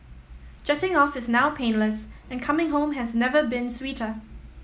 jetting off is now painless and coming home has never been sweeter